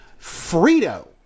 Frito